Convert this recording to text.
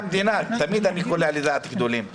תמיד אני קולע לדעת גדולים.